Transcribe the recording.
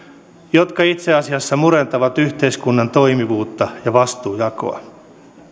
jotka itse asiassa murentavat yhteiskunnan toimivuutta ja vastuujakoa